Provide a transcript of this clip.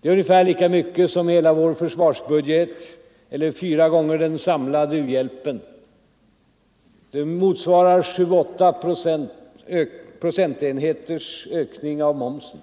Det är ungefär lika mycket som hela vår försvarsbudget eller fyra gånger den samlade u-hjälpen. Det motsvarar 7-8 procentenheters ökning av momsen.